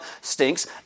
stinks